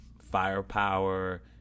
firepower